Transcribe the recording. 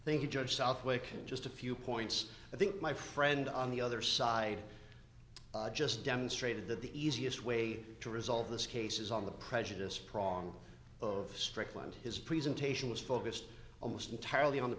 think you judge southwick just a few points i think my friend on the other side just demonstrated that the easiest way to resolve this case is on the prejudice prong of strickland his presentation was focused almost entirely on the